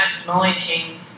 acknowledging